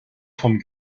vom